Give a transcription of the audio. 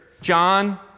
John